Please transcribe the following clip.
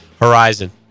horizon